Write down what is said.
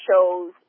shows